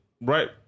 right